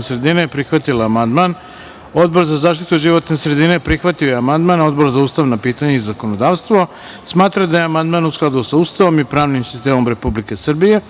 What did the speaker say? sredine prihvatila amandman. Odbor za zaštitu životne sredine prihvatio je amandman, a Odbor za ustavna pitanja i zakonodavstvo smatra da je amandman u skladu sa Ustavom i pravnim sistemom Republike Srbije.